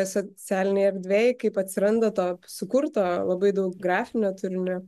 socialinėj erdvėj kaip atsiranda to sukurto labai daug grafinio turinio